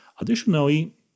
Additionally